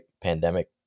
pandemic